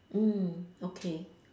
mm okay